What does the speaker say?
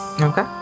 okay